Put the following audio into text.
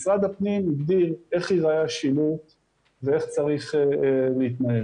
משרד הפנים הגדיר איך ייראה השימור ואיך צריך להתנהל.